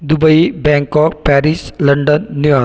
Dubai Bangkok Paris London New York